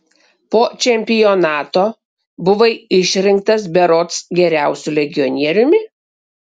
po čempionato buvai išrinktas berods geriausiu legionieriumi